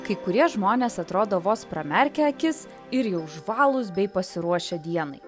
kai kurie žmonės atrodo vos pramerkia akis ir jau žvalūs bei pasiruošę dienai